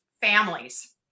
families